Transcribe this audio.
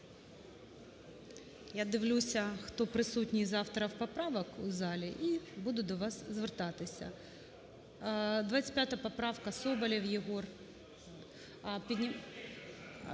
Я дивлюся, хто присутній з авторів поправок у залі, і буду до вас звертатися. 25 поправка, Соболєв Єгор.